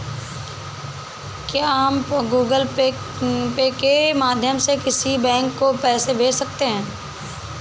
क्या हम Google Pay के माध्यम से किसी बैंक को पैसे भेज सकते हैं?